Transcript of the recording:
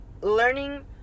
learning